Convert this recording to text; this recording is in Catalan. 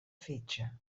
fetge